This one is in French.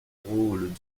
rôles